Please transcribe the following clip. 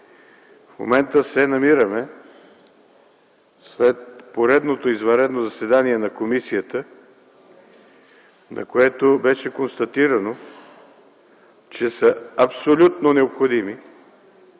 В момента се намираме след поредното извънредно заседание на комисията, на което беше констатирано, че са абсолютно необходими